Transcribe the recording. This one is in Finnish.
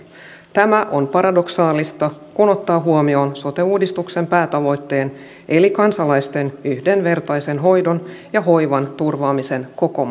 tämä on paradoksaalista kun ottaa huomioon sote uudistuksen päätavoitteen eli kansalaisten yhdenvertaisen hoidon ja hoivan turvaamisen koko